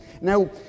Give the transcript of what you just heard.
Now